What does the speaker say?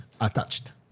attached